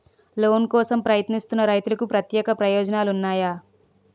Loan కోసం ప్రయత్నిస్తున్న రైతులకు ప్రత్యేక ప్రయోజనాలు ఉన్నాయా?